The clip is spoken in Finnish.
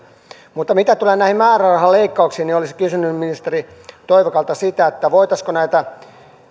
mutta mitä tulee näihin määrärahaleikkauksiin niin olisin kysynyt ministeri toivakalta sitä voitaisiinko näitä